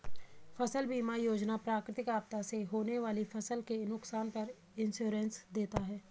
फसल बीमा योजना प्राकृतिक आपदा से होने वाली फसल के नुकसान पर इंश्योरेंस देता है